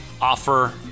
offer